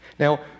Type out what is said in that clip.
now